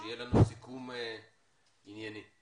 שלום ותודה